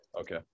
Okay